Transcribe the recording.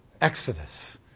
Exodus